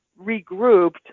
regrouped